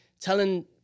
telling